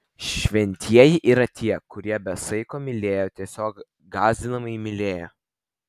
šventieji yra tie kurie be saiko mylėjo tiesiog gąsdinamai mylėjo